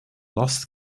last